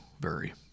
very